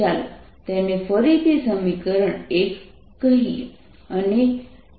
ચાલો તેને ફરીથી સમીકરણ 1 કહીએ